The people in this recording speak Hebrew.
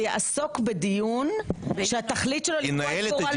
ויעסוק בדיון שהתכלית שלו היא לקבוע את גורלו.